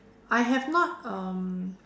I have not um